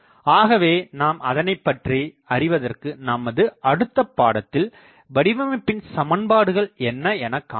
ஆகவே நாம் அதனைப்பற்றி அறிவதற்கு நமது அடுத்தப்பாடத்தில் வடிவமைப்பின் சமன்பாடுகள் என்ன என காணலாம்